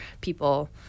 people